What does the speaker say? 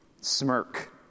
smirk